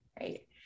right